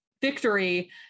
victory